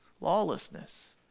lawlessness